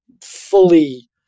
fully